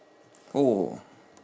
oh